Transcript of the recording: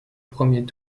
premier